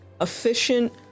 efficient